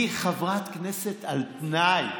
היא חברת כנסת על תנאי.